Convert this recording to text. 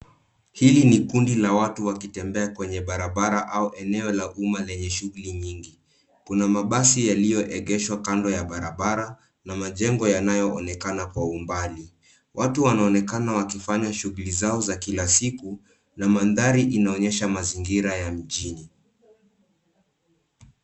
Hili ni kundi la watu wakitembea kwenye barabara au eneo la umma lenye shughuli nyingi. Kuna mabasi yaliyoegeshwa kando ya barabara, na majengo yanayoonekana kwa umbali. Watu wanaonekana wakifanya shughuli zao za kila siku, na mandhari inaonyesha mazingira ya mjini.